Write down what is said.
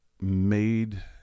made